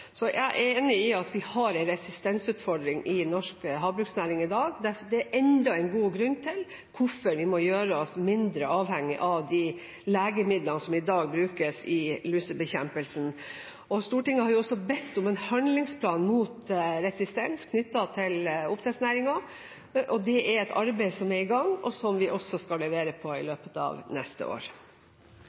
Jeg er enig i at vi har en resistensutfordring i den norske havbruksnæringen i dag. Det er enda en god grunn til at vi må gjøre oss mindre avhengig av de legemidlene som i dag brukes i lusebekjempelsen. Stortinget har jo også bedt om en handlingsplan mot resistens knyttet til oppdrettsnæringen, og det er et arbeid som er i gang, og som vi skal levere på i løpet av neste år.